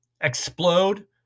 explode